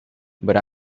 but